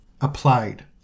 applied